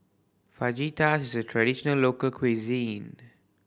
fajitas is a traditional local cuisine